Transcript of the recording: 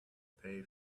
pay